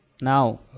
now